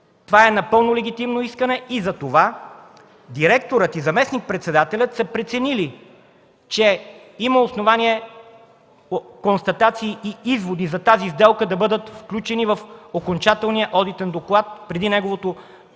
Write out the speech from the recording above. Това е напълно легитимно и затова директорът и заместник-председателят са преценили, че има основание констатации и изводи за тази сделка да бъдат включени в окончателния одитен доклад при неговото